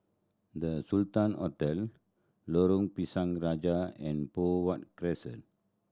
The Sultan Hotel Lorong Pisang Raja and Poh Huat Crescent